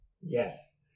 Yes